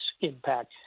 impact